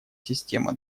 система